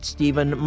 Stephen